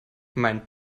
mein